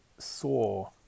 saw